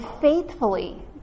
faithfully